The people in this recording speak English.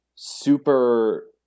Super